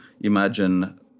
imagine